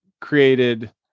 created